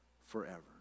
forever